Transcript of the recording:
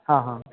हां हां